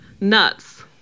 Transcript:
nuts